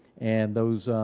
and those